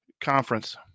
conference